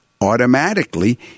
automatically